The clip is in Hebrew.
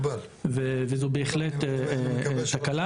וזו בהחלט תקלה,